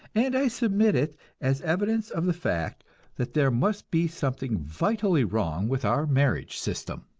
and i submit it as evidence of the fact that there must be something vitally wrong with our marriage system.